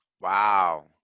Wow